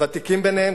הוותיקים ביניהם,